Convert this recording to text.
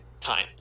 time